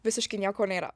visiškai nieko nėra